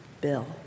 Bill